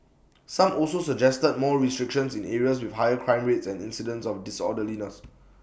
some also suggested more restrictions in areas with higher crime rates and incidents of disorderliness